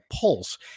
pulse